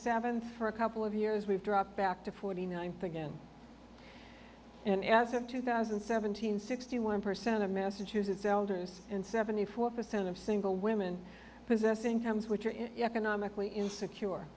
seventh for a couple of years we've dropped back to forty ninth again and as of two thousand and seventeen sixty one percent of massachusetts elders and seventy four percent of single women possess incomes which are economically insecure